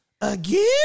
again